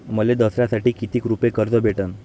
मले दसऱ्यासाठी कितीक रुपये कर्ज भेटन?